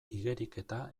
igeriketa